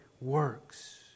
works